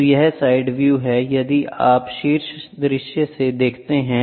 तो यह side view है यदि आप शीर्ष दृश्य से देखते हैं